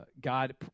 God